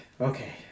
Okay